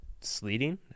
Sleeting